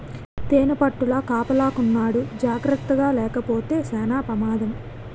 తేనిపట్టుల కాపలాకున్నోడు జాకర్తగాలేపోతే సేన పెమాదం